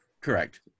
Correct